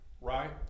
right